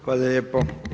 Hvala lijepo.